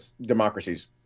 democracies